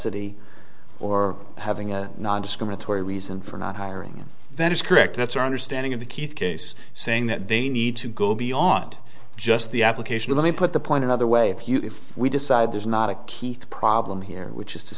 the or having a nondiscriminatory reason for not hiring that is correct that's our understanding of the keith case saying that they need to go beyond just the application let me put the point another way if you if we decide there's not a keek problem here which is to